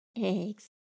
eggs